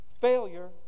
failure